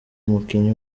umukinnyi